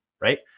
Right